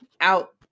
out